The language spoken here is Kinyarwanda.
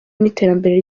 n’iterambere